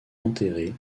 enterré